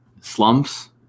slumps